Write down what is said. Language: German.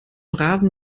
rasen